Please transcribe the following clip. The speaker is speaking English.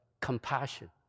compassion